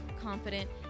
confident